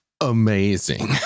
amazing